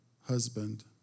husband